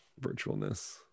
virtualness